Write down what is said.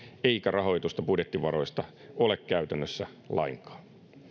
eikä rahoitusta budjettivaroista ole käytännössä lainkaan